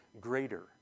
greater